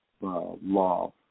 law